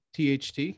THT